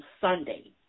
Sunday